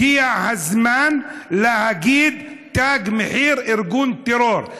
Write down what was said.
הגיע הזמן להגיד: תג מחיר, ארגון טרור.